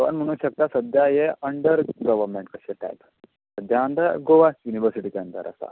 थंय म्हणू शकता सध्या सध्या हे अंडर गवर्मेंट कशें काम सध्या गोवा युनिवर्सिटीच्या अंडर आसा